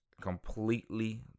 completely